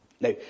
Now